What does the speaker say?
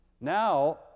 Now